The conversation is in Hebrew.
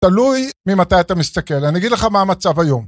תלוי ממתי אתה מסתכל, אני אגיד לך מה המצב היום.